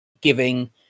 giving